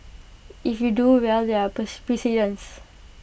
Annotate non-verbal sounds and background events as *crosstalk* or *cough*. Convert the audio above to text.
if you do well there are *unintelligible* precedents